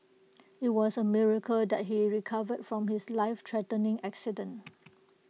IT was A miracle that he recovered from his lifethreatening accident